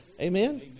Amen